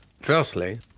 Firstly